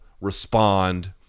respond